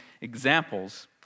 examples